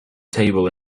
table